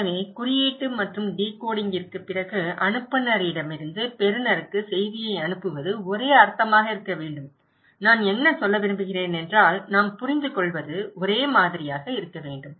எனவே குறியீட்டு மற்றும் டிகோடிங்கிற்குப் பிறகு அனுப்புநரிடமிருந்து பெறுநருக்கு செய்தியை அனுப்புவது ஒரே அர்த்தமாக இருக்க வேண்டும் நான் என்ன சொல்ல விரும்புகிறேன் என்றால் நாம் புரிந்துகொள்வது ஒரே மாதிரியாக இருக்க வேண்டும்